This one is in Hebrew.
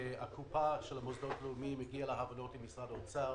הקופה של המוסדות הלאומיים הגיעה להבנות עם משרד האוצר